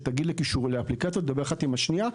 שתגיד לאפליקציות לדבר אחת עם השנייה,